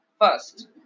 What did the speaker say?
first